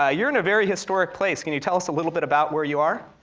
ah you're in a very historic place. can you tell us a little bit about where you are?